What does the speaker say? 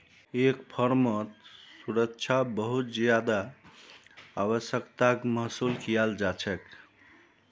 एक फर्मत सुरक्षा बहुत ज्यादा आवश्यकताक महसूस कियाल जा छेक